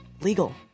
legal